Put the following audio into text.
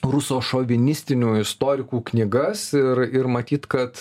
rusošovinistinių istorikų knygas ir ir matyt kad